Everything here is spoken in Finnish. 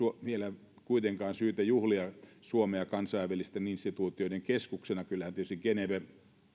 vielä kuitenkaan syytä juhlia suomea kansainvälisten instituutioiden keskuksena vaan kyllähän tietysti geneve ja